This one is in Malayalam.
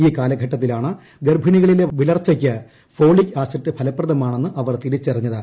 ഈ കാലഘട്ടത്തിലാണ് ഗർഭിണികളിലെ വിളർച്ചയ്ക്ക് ് ഫോളിക് ആസിഡ് ഫലപ്രദമാണെന്ന് അവർ തിരിച്ചറിഞ്ഞത്